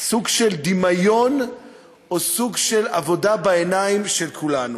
מסוג של דמיון או סוג של עבודה בעיניים של כולנו.